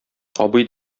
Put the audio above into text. абый